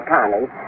Connie